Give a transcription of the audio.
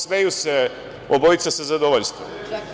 Smeju se obojica sa zadovoljstvom.